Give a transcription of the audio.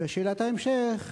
ושאלת ההמשך,